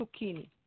zucchini